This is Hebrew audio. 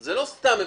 זה לא סתם מבקש.